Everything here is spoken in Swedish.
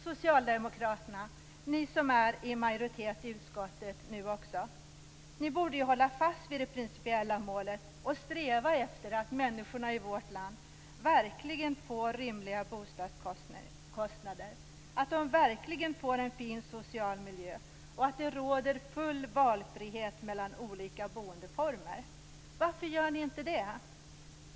Socialdemokraterna, ni som är i majoritet i utskottet nu också, borde ju hålla fast vid det principiella målet och sträva efter att människorna i vårt land verkligen får rimliga bostadskostnader, att de verkligen får en fin social miljö och att det råder full valfrihet mellan olika boendeformer. Varför gör ni inte det?